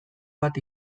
bat